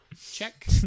Check